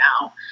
now